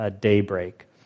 daybreak